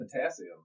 potassium